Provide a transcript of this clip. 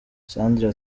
sandra